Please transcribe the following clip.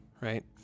right